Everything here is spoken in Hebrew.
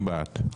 מי בעד?